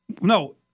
No